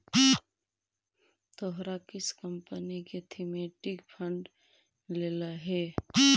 तोहरा किस कंपनी का थीमेटिक फंड लेलह हे